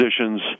positions